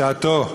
בשעתה,